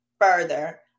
further